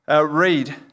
read